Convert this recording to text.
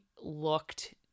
looked